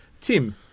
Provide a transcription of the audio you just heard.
Tim